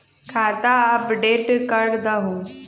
खाता अपडेट करदहु?